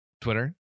Twitter